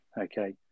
Okay